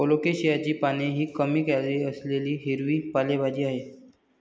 कोलोकेशियाची पाने ही कमी कॅलरी असलेली हिरवी पालेभाजी आहे